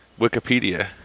Wikipedia